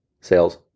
sales